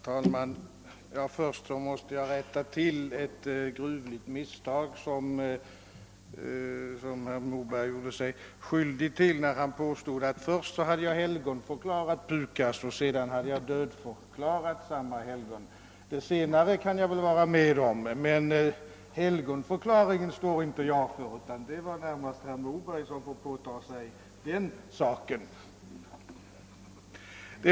Herr talman! Först måste jag rätta till ett gruvligt misstag, som herr Moberg gjorde sig skyldig till, när han påstod att jag först hade helgonförklarat PUKAS och sedan dödförklarat samma helgon. Det senare kan jag vara med om, men helgonförklaringen får herr Moberg närmast ta på sig ansvaret för. Det var den saken.